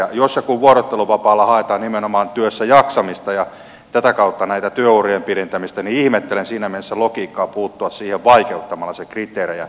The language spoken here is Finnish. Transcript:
jos ja kun vuorotteluvapaalla haetaan nimenomaan työssä jaksamista ja tätä kautta työurien pidentämistä niin ihmettelen siinä mielessä logiikkaa puuttua siihen vaikeuttamalla sen kriteerejä